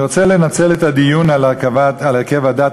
אני רוצה לנצל את הדיון על הרכב ועדת